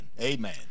Amen